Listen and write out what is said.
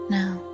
now